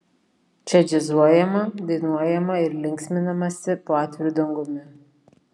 čia džiazuojama dainuojama ir linksminamasi po atviru dangumi